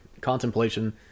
contemplation